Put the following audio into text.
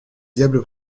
diable